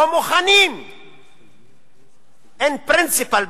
או מוכניםin principle ,